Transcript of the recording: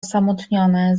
osamotnione